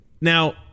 Now